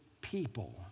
people